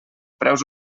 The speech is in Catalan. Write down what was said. preus